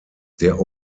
der